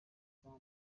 sans